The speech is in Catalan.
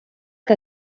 que